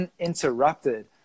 uninterrupted